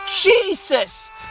Jesus